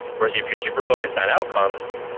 whereas if you're super focused on outcomes,